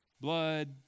blood